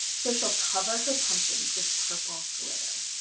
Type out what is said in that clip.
so she'll cover her pumpkins with purple glitter.